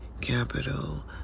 capital